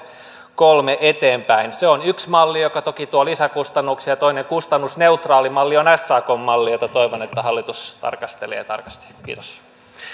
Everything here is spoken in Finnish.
kolme eteenpäin se on yksi malli joka toki tuo lisäkustannuksia toinen kustannusneutraali malli on sakn malli jota toivon että hallitus tarkastelee tarkasti kiitos